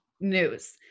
news